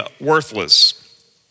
worthless